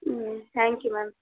hmm thank you ma'am